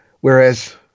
whereas